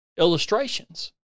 Illustrations